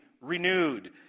renewed